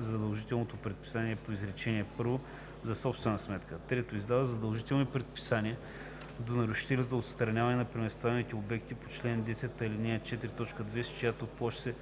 задължителното предписание по изречение първо за собствена сметка; 3. издава задължителни предписания до нарушителя за отстраняване на преместваемите обекти по чл. 10, ал. 4, т. 2, с чиято площ се